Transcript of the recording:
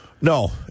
No